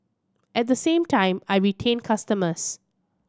at the same time I retain customers